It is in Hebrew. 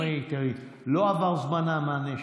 אני אומר לך חד-משמעית, לא עבר זמן המענה,